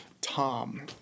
Tom